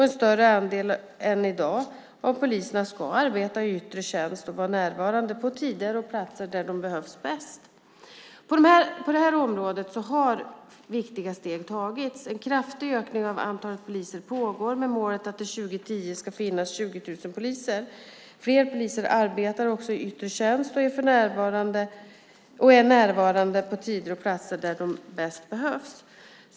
En större andel än i dag av poliserna ska arbeta i yttre tjänst och vara närvarande på tider och platser där de bäst behövs. På dessa områden har viktiga steg tagits. En kraftig ökning av antalet poliser pågår med målet att det 2010 ska finnas 20 000 poliser. Fler poliser arbetar i yttre tjänst och är närvarande på tider och platser där de bäst behövs.